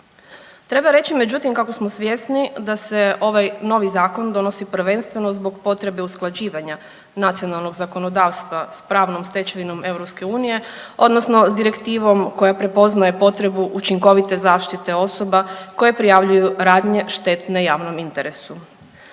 Treba reći međutim kako smo svjesni da se ovaj novi zakon donosi prvenstveno zbog potrebe usklađivanja nacionalnog zakonodavstva s pravnom stečevinom EU, odnosno s direktivom koja prepoznaje potrebu učinkovite zaštite osoba koje prijavljuju radnje štetne javnom interesu.